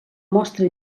mostra